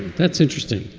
that's interesting.